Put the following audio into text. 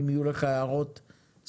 אם יהיו לך הערות ספציפיות,